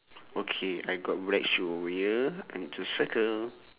okay I got black shoe over here I need to circle